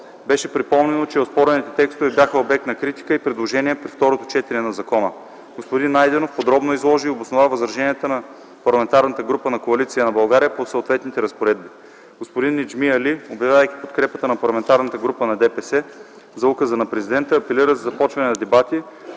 Беше припомнено, че оспорваните текстове бяха обект на критика и предложения при второто четене на закона. Господин Найденов подробно изложи и обоснова възраженията на парламентарната група на Коалиция за България по съответните разпоредби. Господин Неджми Али, обявявайки подкрепата на парламентарната група на Движението за права и свободи за указа на Президента, апелира за започване на дебати,